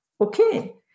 Okay